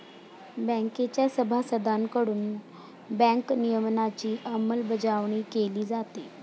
बँकेच्या सभासदांकडून बँक नियमनाची अंमलबजावणी केली जाते